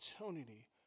opportunity